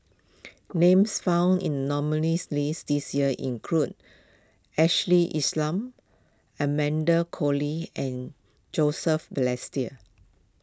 names found in nominees' list this year include Ashley Isham Amanda Koe Lee and Joseph Balestier